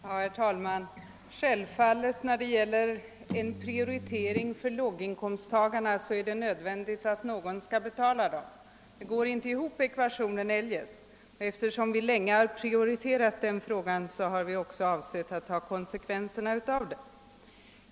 Herr talman! Om man vill prioritera låginkomsttagarna är det ju självklart att man också menar att någon skall betala det. Ekvationen går eljest inte ihop. Eftersom vi länge har prioriterat den frågan, har vi också avsett att ta konsekvenserna av det.